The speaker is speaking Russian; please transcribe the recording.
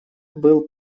был